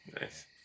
Nice